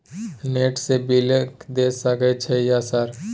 Net से bill देश सक छै यह सर?